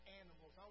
animals